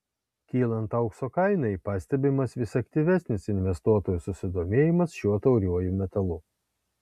kylant aukso kainai pastebimas vis aktyvesnis investuotojų susidomėjimas šiuo tauriuoju metalu